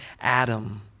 Adam